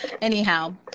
anyhow